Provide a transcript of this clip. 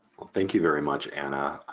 thank you very much anna,